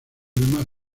mar